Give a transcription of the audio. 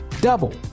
double